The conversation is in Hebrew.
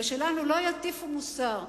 ושלנו לא יטיפו מוסר,